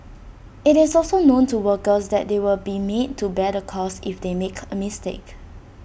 IT is also known to workers that they will be made to bear the cost if they make A mistake